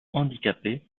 handicapés